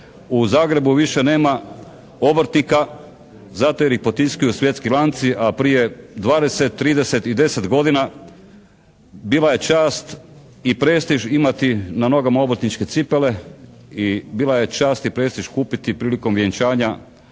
u Zagrebu više nema obrtnika zato jer ih potiskuju svjetski lanci, a prije j20, 30 i 10 godina bila je čast i prestiž imati na nogama obrtničke cipele i bila je čast i prestiž kupiti prilikom vjenčanja odijelo